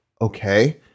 okay